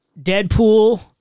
Deadpool